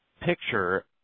picture